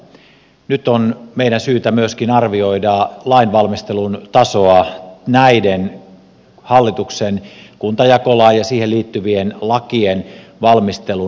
nyt on meidän syytä arvioida lainvalmistelun tasoa myöskin hallituksen kuntajakolain ja siihen liittyvien lakien valmistelun osalta